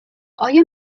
آیا